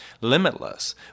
limitless